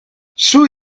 sue